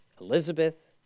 Elizabeth